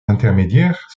intermédiaires